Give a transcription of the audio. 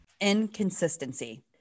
Inconsistency